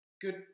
Good